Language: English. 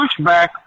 pushback